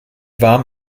warm